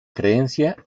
creencia